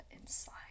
inside